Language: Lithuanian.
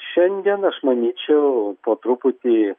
šiandien aš manyčiau po truputį